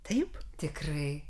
taip tikrai